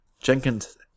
Jenkins